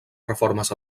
reformes